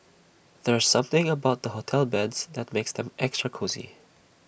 there's something about hotel beds that makes them extra cosy